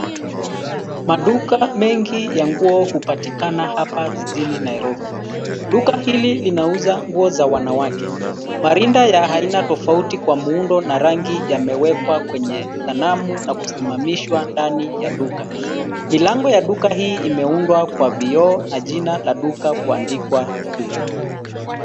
Maduka mengi ya nguo hupatikana hapa jijini Nairobi. Duka hili linauza nguo za wanawake. Marinda ya aina tofauti kwa muundo na rangi yamewekwa kwenye sanamu na kusimamishwa ndani ya duka. Milango ya duka hii imeundwa kwa vioo na jina la duka kuangikwa juu.